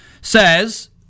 says